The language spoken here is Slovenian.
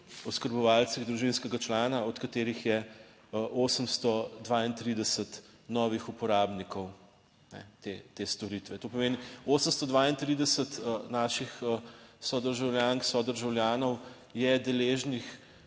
oskrbovancih družinskega člana, od katerih je 832 novih uporabnikov te storitve. To pomeni 832 naših sodržavljank in sodržavljanov je deležnih